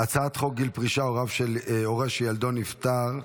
הצעת חוק גיל פרישה (הורה שילדו נפטר),